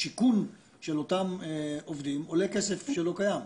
השיכון של אותם עובדים עולה כסף שלא קיים.